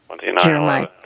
Jeremiah